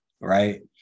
right